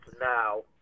now